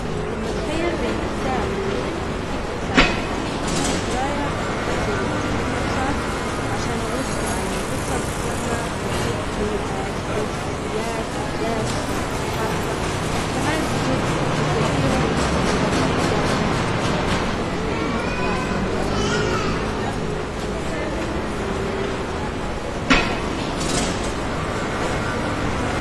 لما أتخير بين كتاب وفيلم، أكيد باختار كتاب! عشان القراية بتدي لي فرصة عشان أغوص في عالم القصة بشكل عمق بتتيح لي تخيل شخصيات وأحداث بطريقتي الخاصة كمان الكتب بتوفر لي تجربة فريدة من نوعها بتمكني من التفاعل مع النص واستخلاص معاني مختلفة، بينما مشاهدة فيلم ممتعة أيظاً بس أنا ما بتخلي الجو يكون خاص فيه.